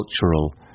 cultural